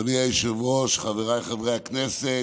אדוני היושב-ראש, חבריי חברי הכנסת,